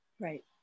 Right